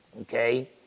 Okay